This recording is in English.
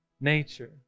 nature